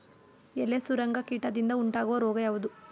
ಎಲೆ ಸುರಂಗ ಕೀಟದಿಂದ ಉಂಟಾಗುವ ರೋಗ ಯಾವುದು?